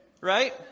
right